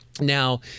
Now